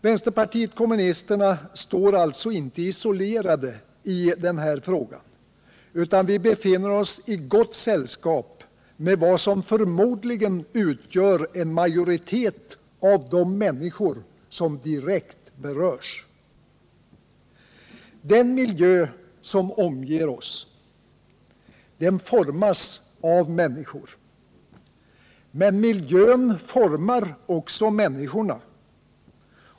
Vpk står alltså inte isolerat i denna fråga utan befinner sig i gott sällskap med vad som förmodligen utgör en majoritet av de människor som direkt berörs. Den miljö som omger oss formas av människor — men miljön formar också människorna.